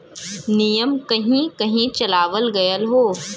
नियम कहीं कही चलावल गएल हौ